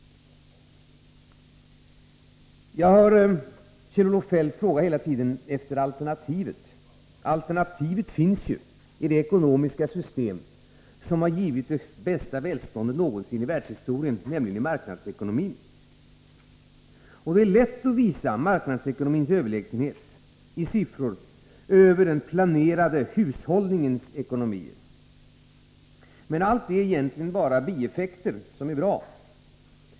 Jag hör Kjell-Olof Feldt hela tiden fråga efter alternativet. Alternativet finns ju i det ekonomiska system som har givit det bästa välståndet någonsin i världshistorien, nämligen marknadsekonomin. Det är lätt att med siffror visa marknadsekonomins överlägsenhet över den ”planerade hushållningens” ekonomier. Men allt detta är egentligen bara bieffekter — som är bra.